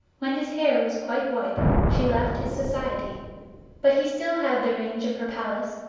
when his hair was quite white she left his society but he still had the range of her palace,